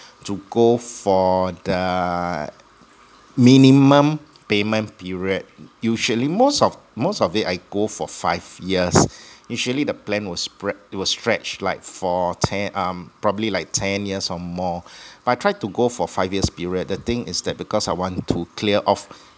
to go for the minimum payment period usually most of most of it I go for five years initially the plan was spread it was stretched like for ten um probably like ten years or more but I try to go for five years period the thing is that because I want to clear off